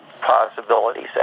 possibilities